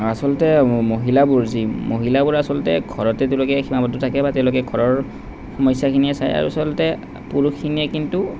আচলতে মহিলাবোৰ যি মহিলাবোৰ আচলতে ঘৰতে তেওঁলোকে সীমাবদ্ধ থাকে বা তেওঁলোকে ঘৰৰ সমস্যাখিনিয়ে চায় আৰু আচলতে পুৰুষখিনিয়ে কিন্তু